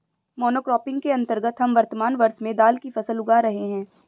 monocropping के अंतर्गत हम वर्तमान वर्ष में दाल की फसल उगा रहे हैं